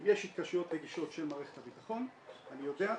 אם יש התקשרויות רגישות של מערכת הביטחון אני יודע,